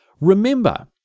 remember